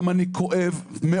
גם אני כואב מאוד.